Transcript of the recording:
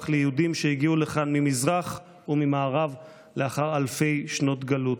ליהודים שהגיעו לכאן ממזרח וממערב לאחר אלפי שנות גלות.